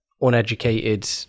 uneducated